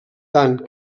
tant